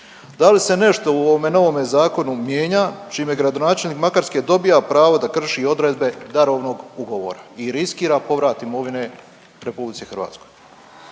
Da li se nešto u ovome novome zakonu mijenja čime gradonačelnik Makarske dobija pravo da krši odredbe darovnog ugovora i riskira povrat imovine RH?